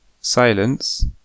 Silence